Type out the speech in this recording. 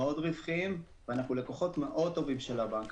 מאוד רווחיים ואנחנו לקוחות מאוד טובים של הבנק,